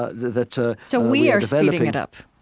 ah that, ah, so we are so speeding it up?